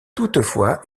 toutefois